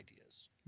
ideas